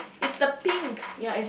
it's a pink